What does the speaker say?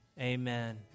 Amen